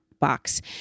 box